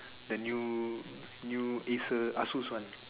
the new new Acer Asus one